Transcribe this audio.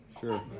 sure